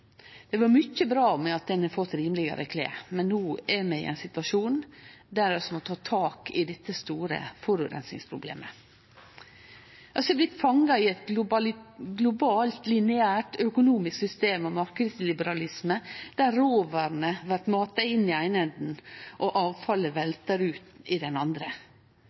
Det har vore mykje bra med at ein har fått rimelegare klede, men no er vi i ein situasjon der vi må ta tak i dette store forureiningsproblemet. Vi har blitt fanga i eit globalt lineært økonomisk system og ein marknadsliberalisme der råvarene blir mata inn i den eine enden og avfallet veltar ut i den andre.